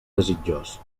desitjós